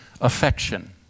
affection